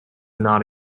not